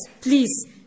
please